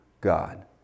God